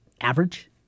average